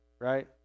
right